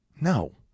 No